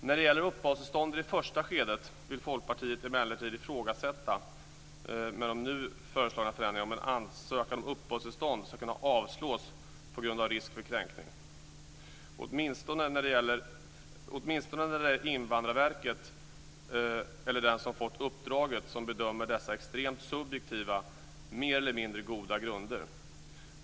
När det gäller uppehållstillstånd i det första skedet vill Folkpartiet emellertid ifrågasätta de nu föreslagna förändringarna om att en ansökan om uppehållstillstånd ska kunna avslås på grund av risk för kränkning; det gäller åtminstone i fråga om Invandrarverket eller den som har fått uppdraget att bedöma dessa extremt subjektiva och mer eller mindre goda grunder.